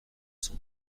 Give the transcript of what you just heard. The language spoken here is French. cent